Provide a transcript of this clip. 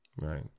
Right